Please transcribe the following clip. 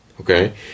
okay